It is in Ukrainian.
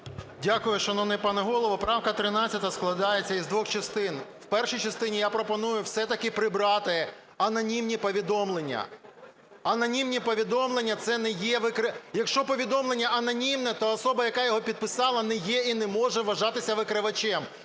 Дякую, шановний пане Голово. Правка 13 складається із двох частин. В перший частині я пропоную все-таки прибрати анонімні повідомлення. Анонімні повідомлення – це не є... Якщо повідомлення анонімне, то особа, яка є підписала не є і не може вважатися викривачем.